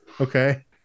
Okay